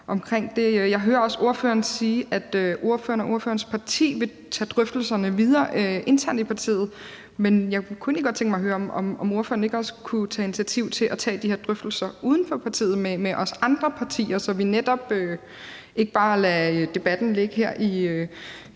Jeg hører også ordføreren sige, at ordføreren og ordførerens parti vil tage drøftelserne videre internt i partiet, men jeg kunne egentlig godt tænke mig at høre, om ordføreren ikke også kunne tage initiativ til at tage de her drøftelser uden for partiet med os andre partier, så vi netop ikke bare lader debatten ligge her i